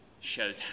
shows